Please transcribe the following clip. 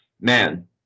man